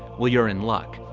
well, you're in luck.